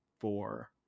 four